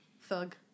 Thug